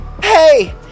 Hey